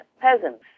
peasants